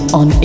on